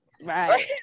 right